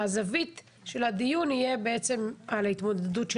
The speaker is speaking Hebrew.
הזווית של הדיון תהיה בעצם על ההתמודדות של